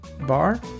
bar